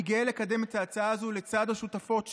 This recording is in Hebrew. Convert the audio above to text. אני גאה לקדם את ההצעה הזו לצד השותפות שלי,